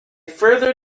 further